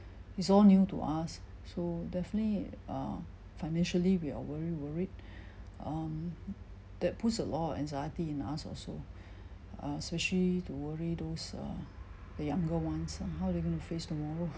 it's all new to us so definitely uh financially we are very worried um that puts a lot of anxiety in us also uh especially to worry those uh the younger ones ah how're they going to face tomorrow